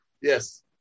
Yes